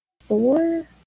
four